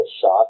shot